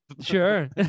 sure